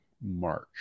March